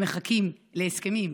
הם מחכים להסכמים,